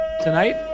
tonight